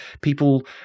people